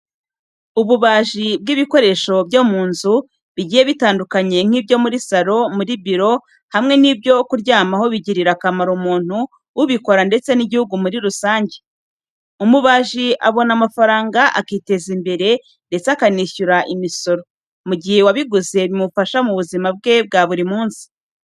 Ububaji bw'ibikoresho byo mu nzu bigiye bitandukanye nk'ibyo muri saro, mu biro, hamwe n'ibyo kuryamaho bigirira akamaro umuntu ubikora ndetse n'igihugu muri rusange. Umubaji abona amafaranga akiteza imbere ndetse akanishyura imisoro, mu gihe uwabiguze bimufasha mu buzima bwe bwa buri munsi.